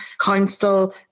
council